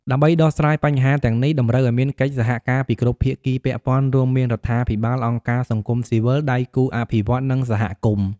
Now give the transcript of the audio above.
ដើម្បីដោះស្រាយបញ្ហាទាំងនេះ តម្រូវឱ្យមានកិច្ចសហការពីគ្រប់ភាគីពាក់ព័ន្ធ រួមមានរដ្ឋាភិបាល អង្គការសង្គមស៊ីវិល ដៃគូអភិវឌ្ឍន៍ និងសហគមន៍។